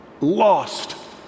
lost